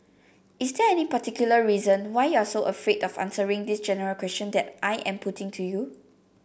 is there any particular reason why you are so afraid of answering this general question that I am putting to you